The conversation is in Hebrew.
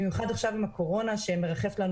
במיוחד עכשיו עם הקורונה שמרחפת לנו